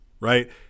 right